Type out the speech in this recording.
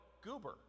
Goober